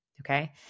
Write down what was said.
Okay